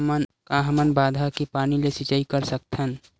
का हमन बांधा के पानी ले सिंचाई कर सकथन?